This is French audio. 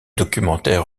documentaire